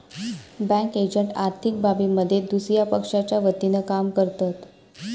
bank agent आर्थिक बाबींमध्ये दुसया पक्षाच्या वतीनं काम करतत